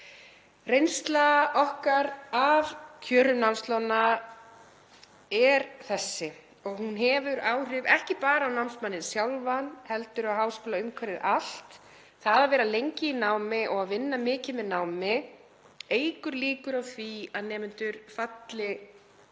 Reynsla okkar af kjörum námslána er þessi og hún hefur áhrif, ekki bara á námsmanninn sjálfan heldur á háskólaumhverfið allt. Það að vera lengi í námi og að vinna mikið með námi eykur líkur á því að nemendur hverfi